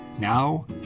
Now